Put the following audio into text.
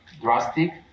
drastic